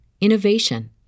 innovation